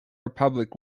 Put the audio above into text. republic